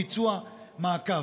ביצוע ומעקב.